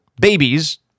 babies